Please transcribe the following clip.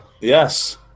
Yes